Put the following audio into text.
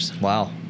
Wow